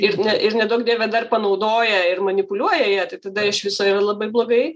ir ne ir neduok dieve dar panaudoja ir manipuliuoja ja tai tada iš viso yra labai blogai